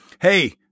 hey